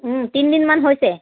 তিনদিনমান হৈছে